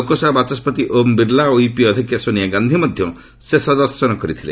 ଲୋକସଭା ବାଚସ୍କତି ଓମ୍ ବିର୍ଲା ଓ ୟୁପିଏ ଅଧ୍ୟକ୍ଷା ସୋନିଆ ଗାନ୍ଧି ମଧ୍ୟ ଶେଷ ଦର୍ଶନ କରିଥିଲେ